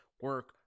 Work